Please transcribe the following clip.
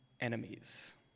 enemies